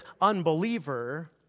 unbeliever